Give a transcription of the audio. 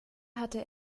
hatte